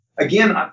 Again